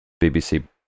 BBC